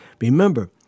Remember